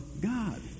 God